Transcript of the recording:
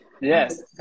yes